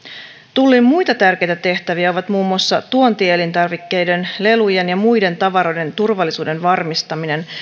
tullin muita tärkeitä tehtäviä ovat muun muassa tuontielintarvikkeiden lelujen ja muiden tavaroiden turvallisuuden varmistaminen